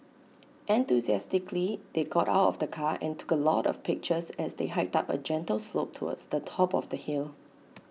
enthusiastically they got out of the car and took A lot of pictures as they hiked up A gentle slope towards the top of the hill